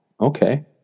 okay